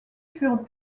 furent